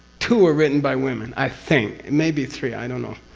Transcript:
two were written by women i think, it may be three, i don't know.